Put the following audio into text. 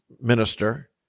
minister